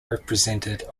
represented